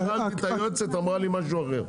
אני שאלתי את היועצת, היא אמרה לי משהו אחר.